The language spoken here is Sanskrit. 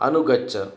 अनुगच्छ